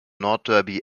nordderby